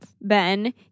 Ben